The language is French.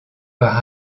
par